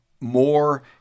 more